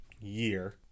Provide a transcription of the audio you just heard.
year